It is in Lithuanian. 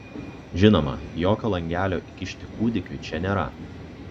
žinoma jokio langelio įkišti kūdikiui čia nėra